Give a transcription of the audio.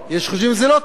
יש שחושבים שזה לא טוב,